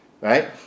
right